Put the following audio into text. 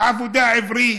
"עבודה עברית"